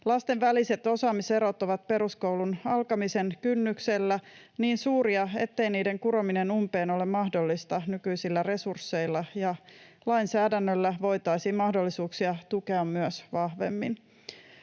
Lasten väliset osaamiserot ovat peruskoulun alkamisen kynnyksellä niin suuria, ettei niiden kurominen umpeen ole mahdollista nykyisillä resursseilla, ja myös lainsäädännöllä voitaisiin mahdollisuuksia tukea vahvemmin.